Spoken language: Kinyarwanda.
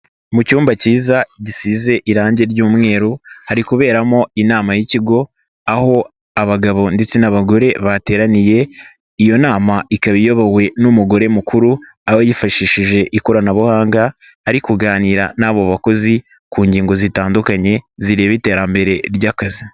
Mu cyumba kiza gisize irangi ry'umweru, hari kuberamo inama y'ikigo, aho abagabo ndetse n'abagore bateraniye. Iyo nama ikaba iyobowe n'umugore mukuru, aho yifashishije ikoranabuhanga ari kuganira n'abo bakozi ku ngingo zitandukanye zireba iterambere ry'akazi.